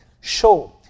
show